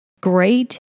great